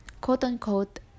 quote-unquote